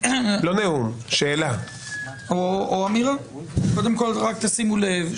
שימו לב,